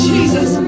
Jesus